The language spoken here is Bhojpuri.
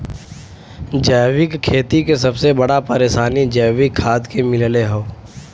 जैविक खेती के सबसे बड़ा परेशानी जैविक खाद के मिलले हौ